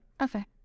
Okay